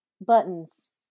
Buttons